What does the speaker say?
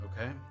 Okay